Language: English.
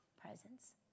presence